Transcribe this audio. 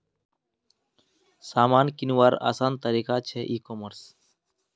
सामान किंवार आसान तरिका छे ई कॉमर्स